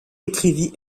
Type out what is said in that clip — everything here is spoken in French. écrivit